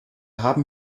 haben